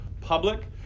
public